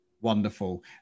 wonderful